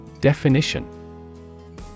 Definition